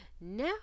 Now